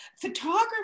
photography